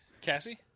Cassie